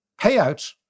payout